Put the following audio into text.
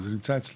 שזה נמצא אצלו.